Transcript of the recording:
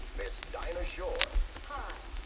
miss dinah shore. hi.